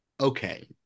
okay